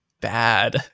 bad